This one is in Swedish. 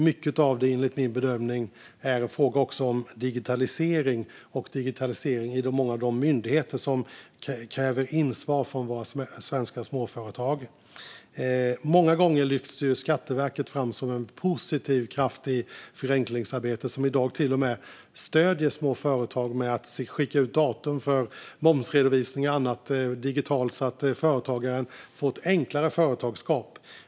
Mycket av det är enligt min bedömning också en fråga om digitalisering i många av de myndigheter som kräver in svar från våra svenska småföretag. Skatteverket lyfts många gånger fram som en positiv kraft i förenklingsarbetet. Man stöder i dag till och med små företag med att digitalt skicka ut datum för momsredovisning och annat så att företagaren får ett enklare företagarskap.